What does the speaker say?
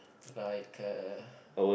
like err